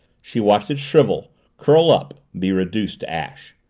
she watched it shrivel curl up be reduced to ash.